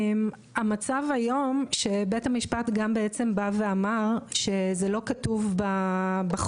המצב היום הוא כזה שבו בית המשפט בא ואמר שזה לא כתוב בחוק,